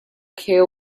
care